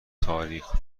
تاریخ